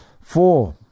four